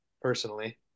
Personally